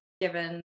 given